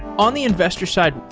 on the investor side,